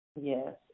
Yes